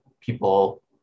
people